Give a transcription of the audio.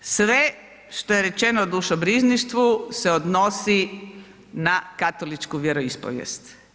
Sve što je rečeno o dušobrižništvu se odnosi na katoličku vjeroispovijest.